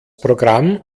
programm